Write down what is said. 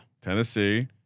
Tennessee